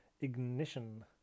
ignition